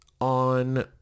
On